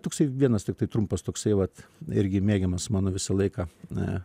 toksai vienas tiktai trumpas toksai vat irgi mėgiamas mano visą laiką